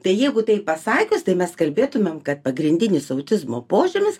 tai jeigu taip pasakius tai mes kalbėtumėm kad pagrindinis autizmo požymis